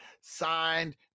signed